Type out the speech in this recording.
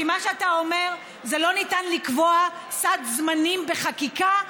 כי מה שאתה אומר זה: לא ניתן לקבוע סד זמנים בחקיקה.